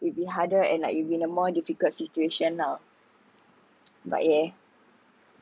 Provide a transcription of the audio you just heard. it'd be harder and like you'd been a more difficult situation lah but yeah